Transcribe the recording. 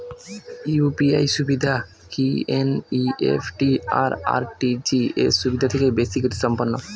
UPI সুবিধা কি NEFT আর আর.টি.জি.এস সুবিধা থেকে বেশি গতিসম্পন্ন?